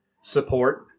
support